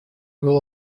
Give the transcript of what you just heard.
will